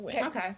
Okay